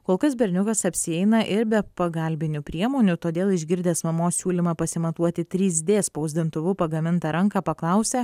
kol kas berniukas apsieina ir be pagalbinių priemonių todėl išgirdęs mamos siūlymą pasimatuoti trys d spausdintuvu pagamintą ranką paklausė